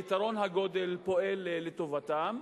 יתרון הגודל פועל לטובתן.